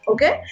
Okay